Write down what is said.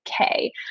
okay